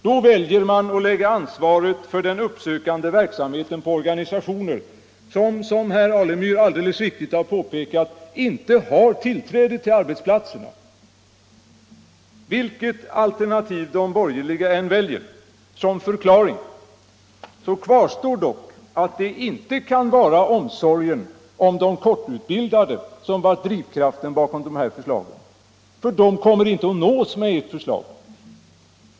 Då väljer man att lägga ansvaret för den uppsökande verksamheten på organisationer som, vilket herr Alemyr alldeles riktigt har påpekat, inte har tillträde till arbetsplatserna. Vilket alternativ de borgerliga än väljer som förklaring kvarstår dock att det inte kan vara omsorgen om de kortutbildade som är drivkraften bakom förslaget, för de kommer inte att nås med ert förslag.